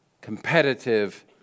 competitive